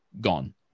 gone